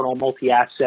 multi-asset